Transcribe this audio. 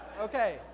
Okay